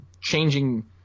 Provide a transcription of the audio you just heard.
changing